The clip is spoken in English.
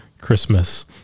Christmas